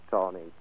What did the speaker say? Tony